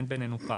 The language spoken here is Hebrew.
אין בינינו פער.